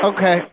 Okay